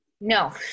No